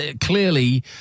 clearly